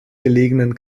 gelegenen